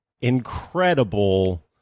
incredible